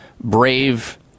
brave